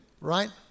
right